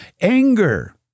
Anger